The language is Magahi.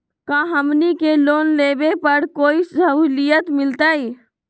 का हमनी के लोन लेने पर कोई साहुलियत मिलतइ?